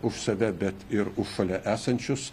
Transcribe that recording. už save bet ir už šalia esančius